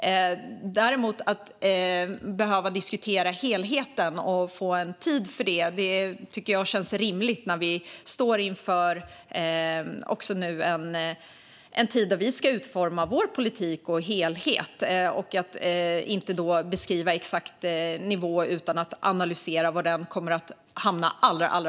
Att däremot få tid för att diskutera helheten tycker jag känns rimligt när vi nu står inför att vi ska utforma vår politik och helhet. Då beskriver vi inte exakt nivå utan vill analysera var den kommer att hamna allra bäst.